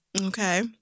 Okay